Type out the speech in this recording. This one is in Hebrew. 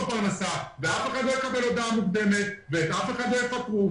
פרנסה ואף אחד לא יקבל הודעה מוקדמת ואת אף אחד לא יפטרו.